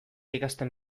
ikasten